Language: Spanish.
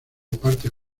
partes